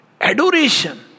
adoration